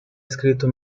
escrito